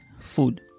food